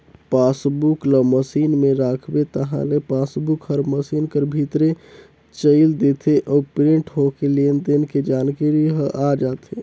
passbook ल machine में राखबे ताहले पासबुक हर मसीन कर भीतरे चइल देथे अउ प्रिंट होके लेन देन के जानकारी ह आ जाथे